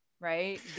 right